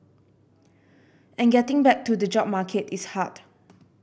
and getting back to the job market is hard